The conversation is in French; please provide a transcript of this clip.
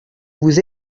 vous